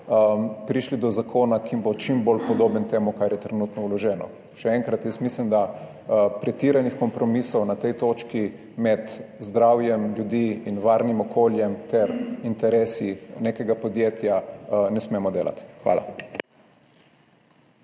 prišli do zakona, ki bo čim bolj podoben temu, kar je trenutno vloženo. Še enkrat, jaz mislim, da pretiranih kompromisov na tej točki med zdravjem ljudi in varnim okoljem ter interesi nekega podjetja ne smemo delati. Hvala.